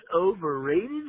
overrated